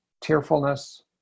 tearfulness